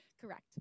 Correct